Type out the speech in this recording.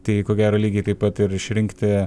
tai ko gero lygiai taip pat ir išrinkti